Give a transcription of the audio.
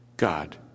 God